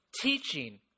teaching